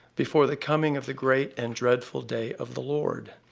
before the coming of the great and dreadful day of the lord.